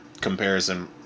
comparison